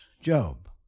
Job